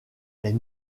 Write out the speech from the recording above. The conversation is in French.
est